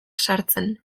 sartzen